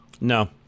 No